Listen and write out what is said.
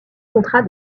contrat